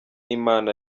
imana